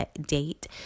date